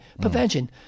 Prevention